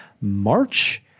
March